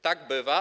Tak bywa.